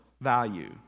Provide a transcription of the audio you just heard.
value